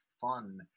fun